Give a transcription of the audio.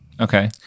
Okay